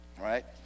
right